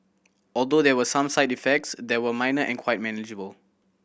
although there were some side effects they were minor and quite manageable